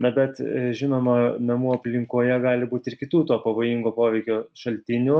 na bet žinoma namų aplinkoje gali būti ir kitų to pavojingo poveikio šaltinių